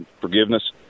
forgiveness